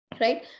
right